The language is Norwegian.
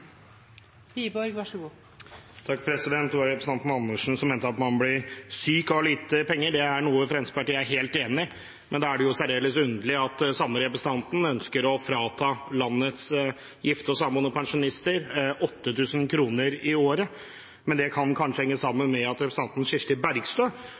Wiborg har hatt ordet to ganger og får ordet til en kort merknad, begrenset til 1 minutt. Representanten Karin Andersen mente at man blir syk av lite penger. Det er noe Fremskrittspartiet er helt enig i. Og da er det særdeles underlig at den samme representanten ønsker å frata landets gifte og samboende pensjonister 8 000 kr i året, men det kan kanskje henge sammen med at representanten Kirsti Bergstø